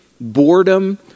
boredom